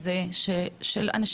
באו לעבוד, יש להם זכויות,